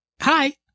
Hi